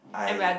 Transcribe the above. I